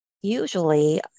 usually